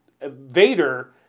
Vader